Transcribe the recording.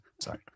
Sorry